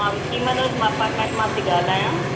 हा विकी मनोज मां अपार्टमेंट मां थी ॻाल्हायां